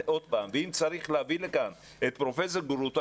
עוד פעם ואם צריך להביא לכאן את פרופסור גרוטו,